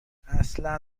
اصلا